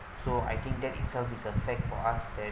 so I think that itself is a fact for us then